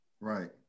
Right